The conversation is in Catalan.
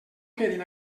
quedin